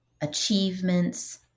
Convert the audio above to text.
achievements